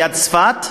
ליד צפת,